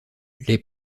les